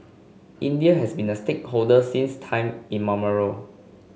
India has been a stakeholder since time immemorial